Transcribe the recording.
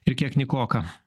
ir kiek nykoka